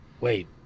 wait